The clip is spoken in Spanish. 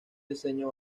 diseño